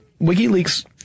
WikiLeaks